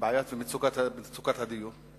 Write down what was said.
ומצוקת הדיור.